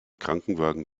krankenwagen